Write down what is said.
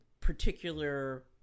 particular